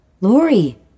Lori